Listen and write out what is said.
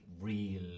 real